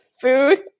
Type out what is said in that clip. food